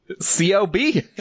C-O-B